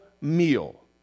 meal